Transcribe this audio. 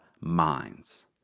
minds